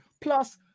Plus